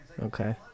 Okay